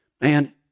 man